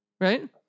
right